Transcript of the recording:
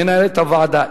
מנהלת הוועדה.